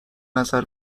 نظر